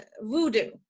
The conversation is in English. Voodoo